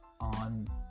on